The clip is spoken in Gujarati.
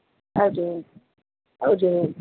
આવજો આવજો